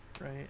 right